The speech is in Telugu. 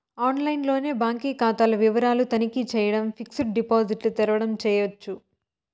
ఆన్లైన్లోనే బాంకీ కాతా వివరాలు తనఖీ చేయడం, ఫిక్సిడ్ డిపాజిట్ల తెరవడం చేయచ్చు